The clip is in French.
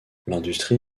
l’industrie